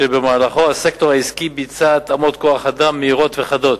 שבמהלכו הסקטור העסקי ביצע התאמות כוח-אדם מהירות וחדות.